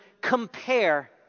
compare